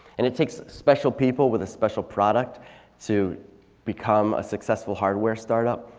and it takes special people with a special product to become a successful hardware startup.